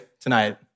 tonight